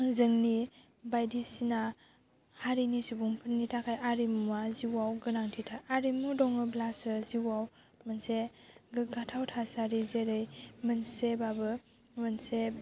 जोंनि बायदिसिना हारिनि सुबुंफोरनि थाखाय आरिमुआ जिउआव गोनांथि थार आरिमु दङब्लासो जिउआव मोनसे गोगाथाव थासारि जेरै मोनसेबाबो मोनसे